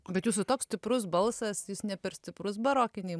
bet jūsų toks stiprus balsas jis ne per stiprus barokinei